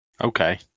Okay